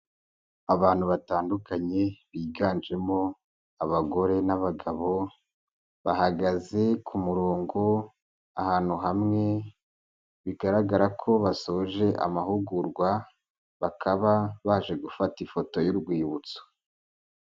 Abantu batandukanye biganjemo abagore n'abagabo, bahagaze ku murongo ahantu hamwe bigaragara ko basoje amahugurwa bakaba baje gufata ifoto y'urwibutso.